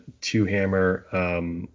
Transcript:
two-hammer